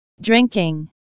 drinking